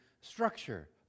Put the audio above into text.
structure